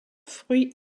fruits